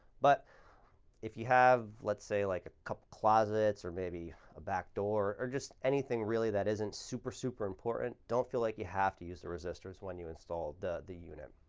but if you have, let's say, like a couple closets or maybe a backdoor, or just anything really that isn't super, super important, don't feel like you have to use the resistors when you install the the unit.